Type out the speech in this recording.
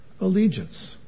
allegiance